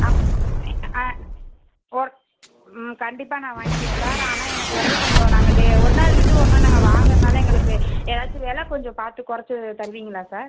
அப் ஆ ஓர் ம் கண்டிப்பாக நான் வாங்கிக்குவேன் சார் ஆனால் எனக்கு வந்து கொஞ்சம் நாங்கள் டே ஒரு நாள் விட்டு ஒரு நாள் நாங்கள் வாங்கிறனால எங்களுக்கு ஏதாச்சும் விலை கொஞ்சம் பார்த்து குறைச்சி தருவீங்களா சார்